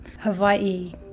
Hawaii